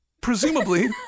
Presumably